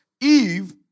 Eve